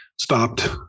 stopped